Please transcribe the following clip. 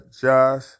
Josh